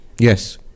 Yes